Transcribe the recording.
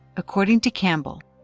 according to campbell,